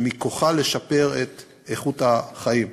שמכוחה לשפר את איכות החיים.